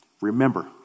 remember